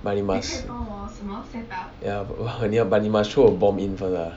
but you must ya but you must throw a bomb in first lah